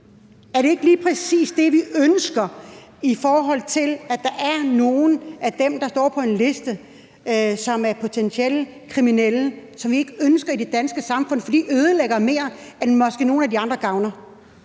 Er det ikke lige præcis det, vi ønsker, altså at der er nogle af dem, der står på en liste, som er potentielle kriminelle, som vi ikke ønsker i det danske samfund, fordi de ødelægger mere, end nogle af de andre måske